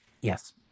yes